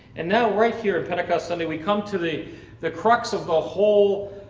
and now right here at pentecost sunday, we come to the the cracks of the whole